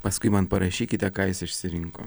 paskui man parašykite ką jis išsirinko